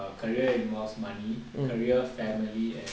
career involves money career family and